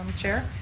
chair.